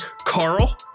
Carl